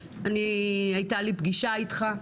הייתה לי פגישה איתך,